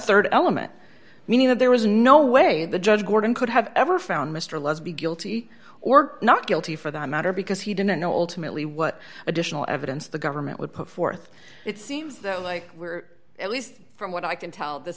that rd element meaning that there was no way the judge gordon could have ever found mr let's be guilty or not guilty for that matter because he didn't know ultimately what additional evidence the government would put forth it seems like at least from what i can tell this